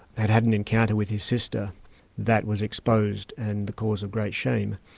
had had an encounter with his sister that was exposed and the cause of great shame,